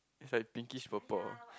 is like pinkish purple